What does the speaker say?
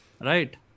right